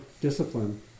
discipline